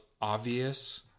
obvious